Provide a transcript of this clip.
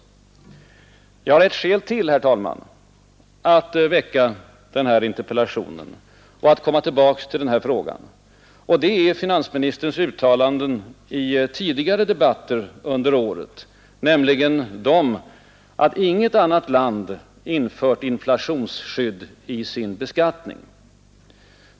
Jag hade ett skäl till, herr talman, för att framställa interpellationen och komma tillbaka till den här frågan, och det är finansministerns uttalanden i tidigare debatter under året, nämligen att inget annat land infört inflationsskydd i sin beskattning.